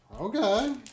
Okay